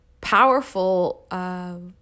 powerful